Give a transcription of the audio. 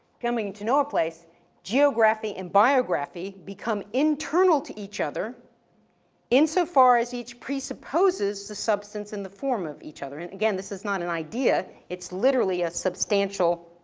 coming to know a place geography and biography become internal to each other in so far as each presupposes the substance in the form of each other. and again, this is not an idea, it's literally a substantial